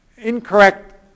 incorrect